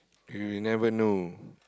you never know